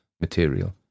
material